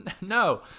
No